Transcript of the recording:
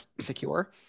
secure